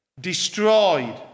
destroyed